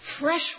fresh